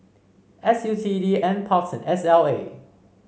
S U T D N parks and S L A